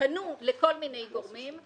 פנו לכל מיני גורמים,